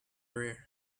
rear